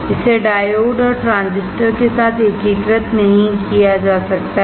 इसे डायोड और ट्रांजिस्टर के साथ एकीकृत नहीं किया जा सकता है